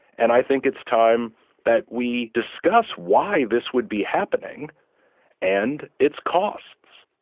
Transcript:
and i think it's time that we discuss why this would be happening and its costs.